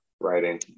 writing